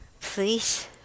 please